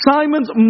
Simon's